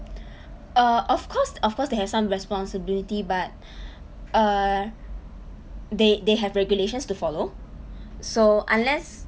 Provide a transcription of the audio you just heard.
err of course of course they have some responsibility but err they they have regulations to follow so unless